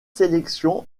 sélections